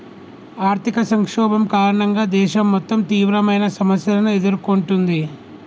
ఆర్థిక సంక్షోభం కారణంగా దేశం మొత్తం తీవ్రమైన సమస్యలను ఎదుర్కొంటుంది